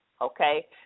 okay